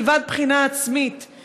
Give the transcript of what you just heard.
מלבד בחינה עצמית,